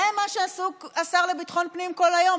זה מה שעסוק בו השר לביטחון הפנים כל היום,